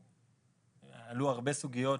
עלו הרבה סוגיות,